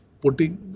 putting